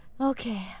Okay